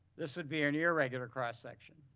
this would be an irregular cross section.